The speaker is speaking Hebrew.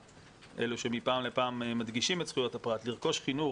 אלה שמפעם לפעם מדגישים את זכויות הפרט לרכוש חינוך